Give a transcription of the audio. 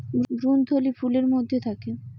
ভ্রূণথলি ফুলের মধ্যে থাকে